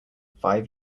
five